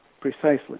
precisely